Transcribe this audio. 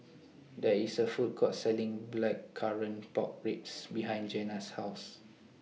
There IS A Food Court Selling Blackcurrant Pork Ribs behind Jena's House